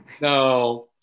No